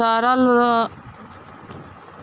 तरल प्राकृतिक इंधनक उपयोग सावधानी सॅ करबाक चाही